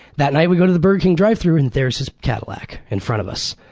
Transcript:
that night we go to the burger king drive-through and there's his cadillac in front of us.